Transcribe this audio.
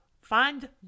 find